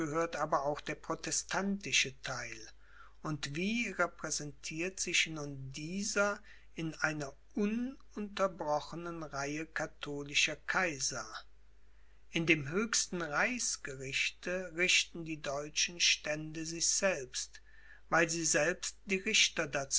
aber auch der protestantische theil und wie repräsentiert sich nun dieser in einer ununterbrochenen reihe katholischer kaiser in dem höchsten reichsgerichte richten die deutschen stände sich selbst weil sie selbst die